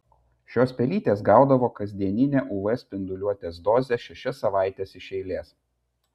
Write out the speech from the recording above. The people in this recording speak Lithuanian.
šios pelytės gaudavo kasdieninę uv spinduliuotės dozę šešias savaites iš eilės